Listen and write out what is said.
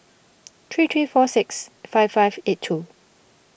three three four six five five eight two